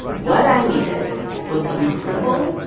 what i needed was some credible,